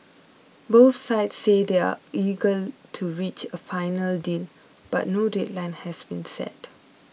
both sides say they are eager to reach a final deal but no deadline has been set